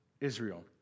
Israel